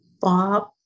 Bob